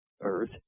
earth